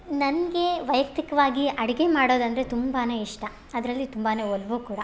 ನನಗೆ ವೈಯಕ್ತಿಕ್ವಾಗಿ ಅಡುಗೆ ಮಾಡೋದಂದರೆ ತುಂಬಾ ಇಷ್ಟ ಅದರಲ್ಲಿ ತುಂಬಾ ಒಲವು ಕೂಡ